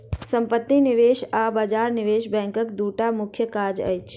सम्पत्ति निवेश आ बजार निवेश बैंकक दूटा मुख्य काज अछि